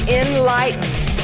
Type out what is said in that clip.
enlightened